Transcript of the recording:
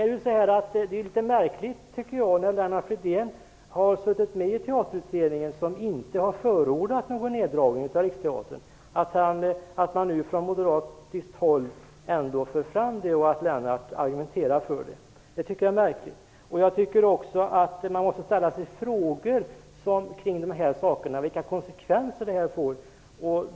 Det är litet märkligt att Lennart Fridén som har suttit med i Teaterutredningen, som inte har förordat någon neddragning för Riksteatern, ändå från moderat håll för fram ett sådant förslag och argumenterar för det. Det tycker jag är märkligt. Man måste ställa sig frågor om dessa saker och vilka konsekvenser det får.